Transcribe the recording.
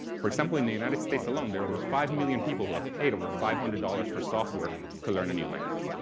for example, in the united states alone there are five million people who have paid over five hundred dollars for software to learn a new language.